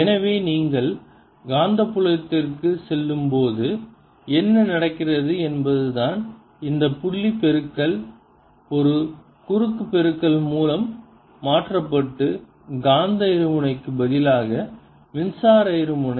எனவே நீங்கள் காந்தப்புலத்திற்குச் செல்லும்போது என்ன நடக்கிறது என்பதுதான் இந்த புள்ளி பெருக்கல் ஒரு குறுக்கு பெருக்கல் மூலம் மாற்றப்பட்டு காந்த இருமுனைக்கு பதிலாக மின்சார இருமுனை